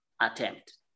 attempt